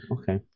Okay